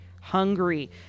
Hungry